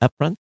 upfront